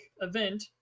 event